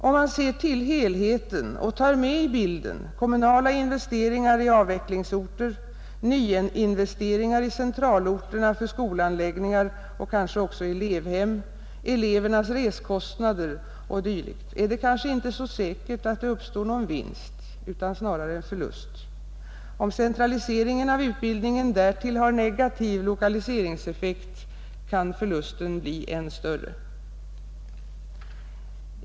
Om man ser till helheten och tar med i bilden kommunala investeringar i avvecklingsorter, nyinvesteringar i centralor terna för skolanläggningar och kanske också elevhem, elevernas reskostnader och dylikt, är det kanske inte så säkert att det uppstår någon vinst utan snarare en förlust. Om centraliseringen av utbildningen därtill har negativ lokaliseringseffekt, kan förlusten bli än större.